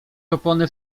opony